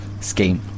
scheme